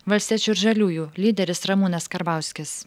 valstiečių ir žaliųjų lyderis ramūnas karbauskis